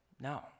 no